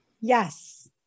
Yes